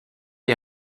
est